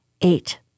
Eight